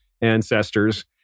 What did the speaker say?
ancestors